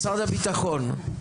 משרד הביטחון,